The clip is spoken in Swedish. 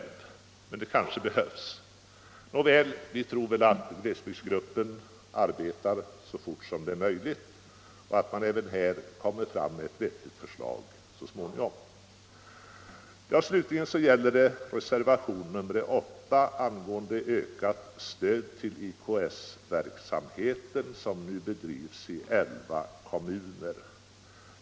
Men det kanske behövs. Nåväl, vi tror väl att glesbygdsgruppen arbetar så fort det är möjligt och så småningom lägger fram ett vettigt förslag. Reservationen 8 tar upp frågan om ökat stöd till den IKS-verksamhet som nu bedrivs i elva kommuner.